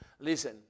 Listen